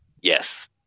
yes